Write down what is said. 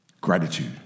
gratitude